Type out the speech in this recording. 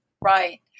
right